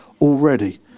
already